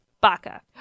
baka